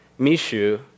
Mishu